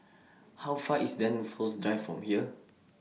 How Far IS Dunsfold Drive from here